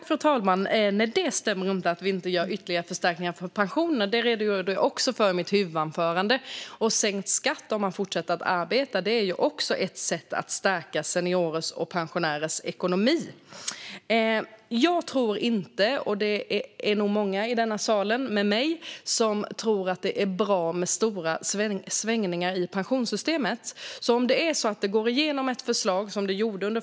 Fru talman! Nej, det stämmer inte att vi inte gör ytterligare förstärkningar för pensionärerna, och det redogjorde jag för i mitt huvudanförande. Sänkt skatt om man fortsätter att arbeta är också ett sätt att stärka pensionärers ekonomi. Många med mig anser nog att stora svängningar i pensionssystemet bör undvikas.